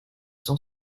son